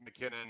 McKinnon